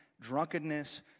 drunkenness